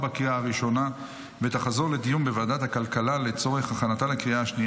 לוועדת הכלכלה נתקבלה.